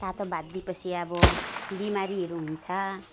तातो भात दिए पछि अब बिमारीहरू हुन्छ